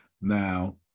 Now